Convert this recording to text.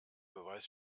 beweis